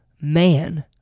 man